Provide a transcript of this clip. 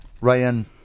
Ryan